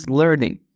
learning